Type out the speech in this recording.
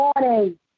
morning